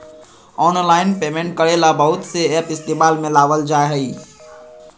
online payment करे ला बहुत से एप इस्तेमाल में लावल जा हई